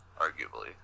arguably